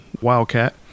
Wildcat